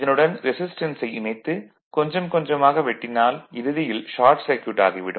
இதனுடன் ரெசிஸ்டன்ஸை இணைத்து கொஞ்சம் கொஞ்சமாக வெட்டினால் இறுதியில் ஷார்ட் சர்க்யூட் ஆகிவிடும்